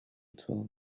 twelve